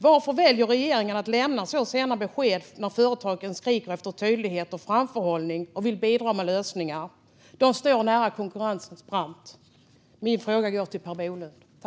Varför väljer regeringen att lämna så sena besked när företagen skriker efter tydlighet och framförhållning och vill bidra med lösningar? De står nära konkursens brant. Min fråga går till Per Bolund.